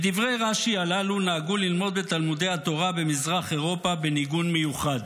את דברי רש"י הללו נהגו ללמוד בתלמודי התורה במזרח אירופה בניגון מיוחד.